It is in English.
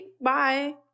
Bye